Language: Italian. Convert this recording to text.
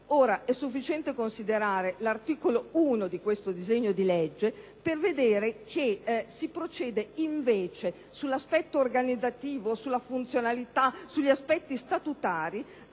È sufficiente considerare l'articolo 1 di questo disegno di legge per comprendere che si procede, invece, sull'aspetto organizzativo, sulla funzionalità, sugli aspetti statutari